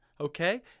okay